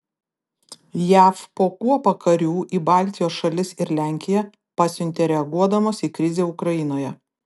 jav po kuopą karių į baltijos šalis ir lenkiją pasiuntė reaguodamos į krizę ukrainoje